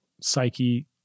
psyche